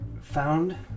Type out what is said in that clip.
found